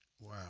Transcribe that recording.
Wow